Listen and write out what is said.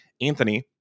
Anthony